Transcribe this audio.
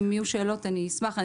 אם יהיו שאלות אשמח לענות.